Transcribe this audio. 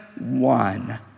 one